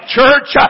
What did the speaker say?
church